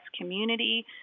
community